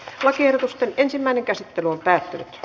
lakiehdotusten ensimmäinen käsittely on päättynyt